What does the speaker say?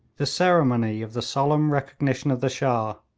the ceremony of the solemn recognition of the shah,